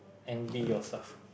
and be yourself